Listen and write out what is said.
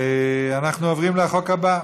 אנחנו עוברים לחוק הבא.